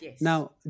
Now